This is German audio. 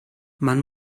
man